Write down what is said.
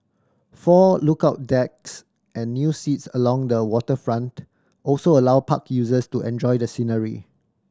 four lookout decks and new seats along the waterfront also allow park users to enjoy the scenery